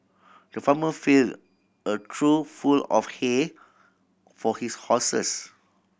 the farmer fill a trough full of hay for his horses